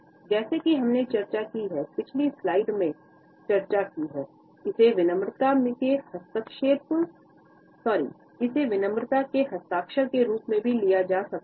जैसा कि हमने चर्चा की है पिछली स्लाइड में चर्चा की है इसे विनम्रता के हस्ताक्षर के रूप में भी लिया जा सकता है